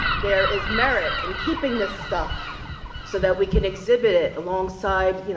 there is merit in keeping this stuff so that we can exhibit it alongside,